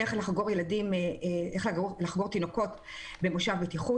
איך לחגור תינוקות במושב בטיחות.